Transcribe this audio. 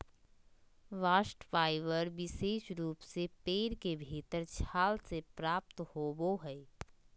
bast fibre विशेष रूप से पेड़ के भीतरी छाल से प्राप्त होवो हय